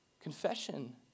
Confession